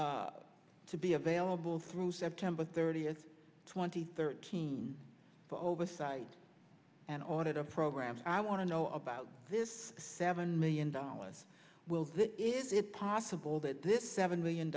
to be available through september thirtieth twenty thirteen for oversight and audit of programs i want to know about this seven million dollars will that is it possible that this seven million